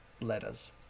letters